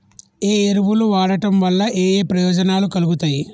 ఏ ఎరువులు వాడటం వల్ల ఏయే ప్రయోజనాలు కలుగుతయి?